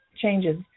changes